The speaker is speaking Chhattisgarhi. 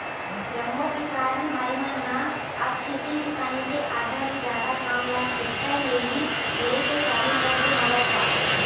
जम्मो किसान भाई मन ह अब खेती किसानी के आधा ले जादा काम ल टेक्टर ले ही लेय के चालू कर दे हवय गा